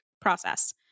process